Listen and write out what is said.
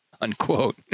unquote